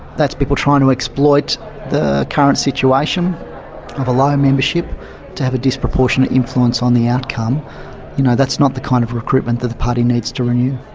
that's people trying to exploit the current situation of a low membership to have a disproportionate influence on the outcome, and you know that's not the kind of recruitment that the party needs to renew.